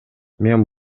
мен